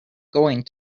going